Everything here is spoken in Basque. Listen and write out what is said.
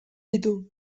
ditu